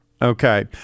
Okay